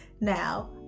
Now